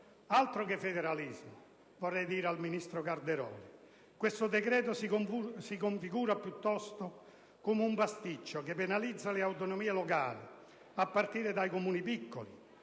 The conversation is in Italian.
Altro che federalismo, ministro Calderoli! Questo decreto si configura, piuttosto, come un pasticcio, che penalizza le autonomie locali, a partire dai Comuni piccoli,